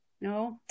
no